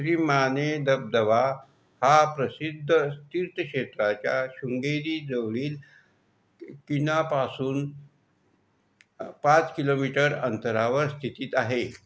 श्रीमाने धबधबा हा प्रसिद्ध तीर्थक्षेत्राच्या शृंगेरीजवळील किनापासून पाच किलोमीटर अंतरावर स्थितीत आहे